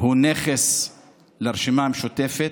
הוא נכס לרשימה המשותפת,